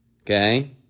Okay